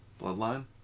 bloodline